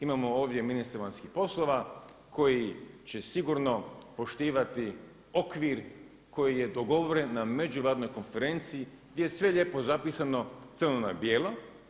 Imamo ovdje ministre vanjskih poslova koji će sigurno poštivati okvir koji je dogovoren na međunarodnoj konferenciji gdje je sve lijepo zapisano crno na bijelo.